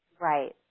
Right